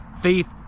faith